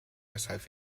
weshalb